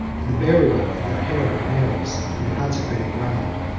and the burial of their hair and nails in the consecrated ground.